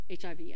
HIV